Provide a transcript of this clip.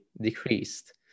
decreased